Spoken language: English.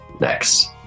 Next